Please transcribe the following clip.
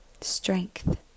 strength